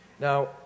Now